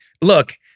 Look